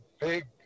big